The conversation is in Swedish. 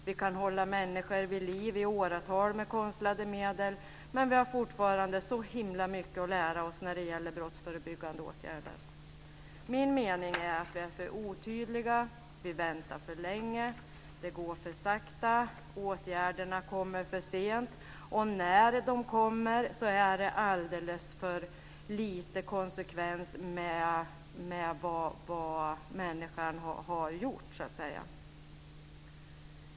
Vi kan hålla människor vid liv i åratal med konstlade medel. Men vi har fortfarande så himla mycket att lära oss när det gäller brottsförebyggande åtgärder. Min mening är att vi är för otydliga, vi väntar för länge, det går för sakta, åtgärderna kommer för sent, och när de kommer är de i en alldeles för liten grad i konsekvens med vad människan har gjort.